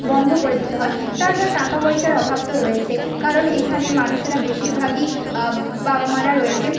বন্ধ করে দিতে হয় তাছাড়া টাকাপয়সার অভাব তো রয়েছে কারণ এখানে মানুষেরা বেশিরভাগই বাবা মারা রয়েছে